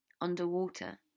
Underwater